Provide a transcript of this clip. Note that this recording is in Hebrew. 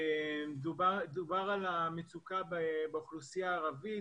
דובר על המצוקה באוכלוסייה הערבית,